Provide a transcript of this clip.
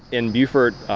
in beaufort,